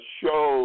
show